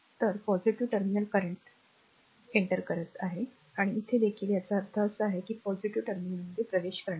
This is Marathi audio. तर पॉझिटिव्ह टर्मिनलमध्ये करंट एंटर करणे आणि इथे देखील याचा अर्थ असा आहे की पॉझिटिव्ह टर्मिनलमध्ये प्रवेश करणारा